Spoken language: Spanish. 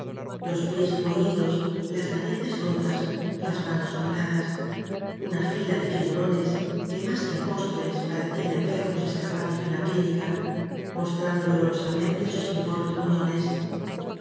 los pies roídos las narices rotas las manos cortadas una fila de figuro nes que más que apóstoles j r q parecían enfermos escapados de una clínica mostrando dolorosamente sus informes v aer muñones